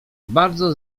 bardzo